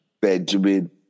Benjamin